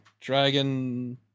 dragon